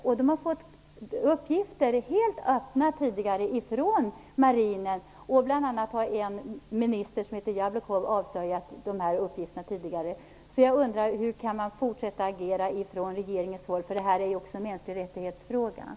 Tidigare har man helt öppet fått uppgifter från marinen; bl.a. har en minister som heter Jablokov tidigare lämnat ut dessa uppgifter. Jag undrar hur man kan fortsätta att agera från regeringens håll. Det här är ju också en fråga om mänskliga rättigheter.